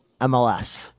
MLS